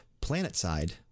planet-side